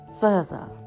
further